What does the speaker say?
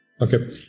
okay